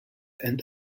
and